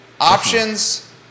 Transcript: Options